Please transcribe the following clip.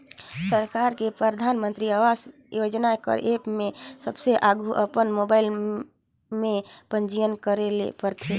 सरकार के परधानमंतरी आवास योजना कर एप में सबले आघु अपन मोबाइल में पंजीयन करे ले परथे